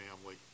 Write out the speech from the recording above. family